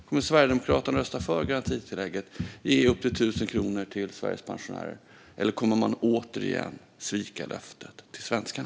Kommer Sverigedemokraterna att rösta för garantitillägget och ge upp till 1 000 kronor till Sveriges pensionärer, eller kommer man återigen att svika löftet till svenskarna?